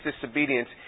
disobedience